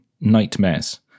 nightmares